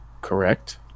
correct